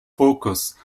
focus